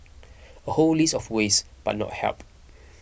a whole list of ways but not help